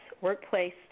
Workplace